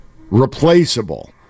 replaceable